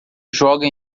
joga